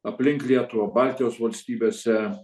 aplink lietuvą baltijos valstybėse